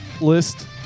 list